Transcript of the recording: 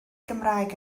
gymraeg